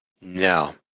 No